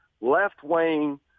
left-wing